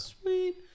Sweet